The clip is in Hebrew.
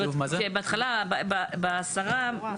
זאת אומרת, בהתחלה, בבוקר.